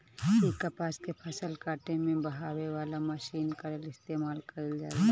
कपास के फसल काटे में बहावे वाला मशीन कअ इस्तेमाल कइल जाला